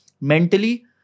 mentally